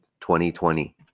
2020